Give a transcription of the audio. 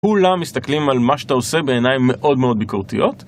כולם מסתכלים על מה שאתה עושה בעיניים מאוד מאוד ביקורתיות